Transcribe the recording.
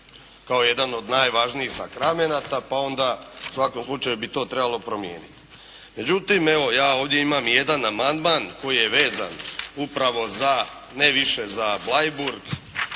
Kao jedan od najvažnijih sakramenata, pa onda u svakom slučaju bi to trebalo promijeniti. Međutim, evo ja ovdje imam i jedan amandman koji je vezan upravo za, ne više za Bleiburg,